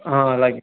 అలాగే